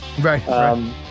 Right